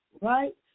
right